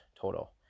total